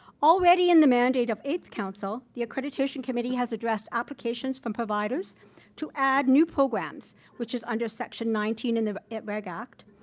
already in the mandate of eighth council, the accreditation committee has addressed applications from providers to add new programs which is under section nineteen in the reg act,